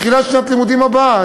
תחילת שנת הלימודים הבאה.